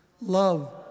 Love